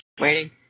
waiting